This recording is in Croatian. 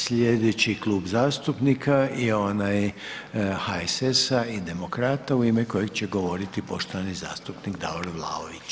Sljedeći klub zastupnika je onaj HSS-a i demokrata u ime kojeg će govoriti poštovani zastupnik Davor Vlaović.